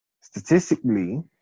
statistically